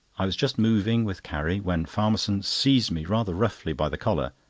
i was just moving with carrie, when farmerson seized me rather roughly by the collar,